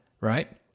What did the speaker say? right